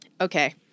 Okay